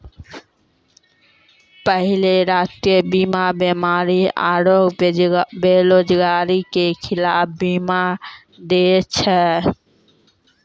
पहिले राष्ट्रीय बीमा बीमारी आरु बेरोजगारी के खिलाफ बीमा दै छलै